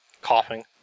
coughing